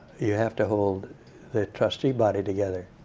you have to hold the trustee body together.